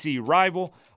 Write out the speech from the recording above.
rival